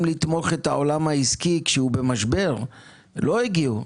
לתמוך בעולם העסקי כשהוא במשבר לא הגיעו.